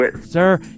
Sir